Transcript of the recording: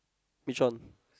which one